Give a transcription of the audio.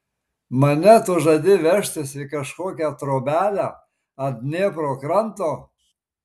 mane tu žadi vežtis į kažkokią trobelę ant dniepro kranto